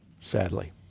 sadly